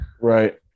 Right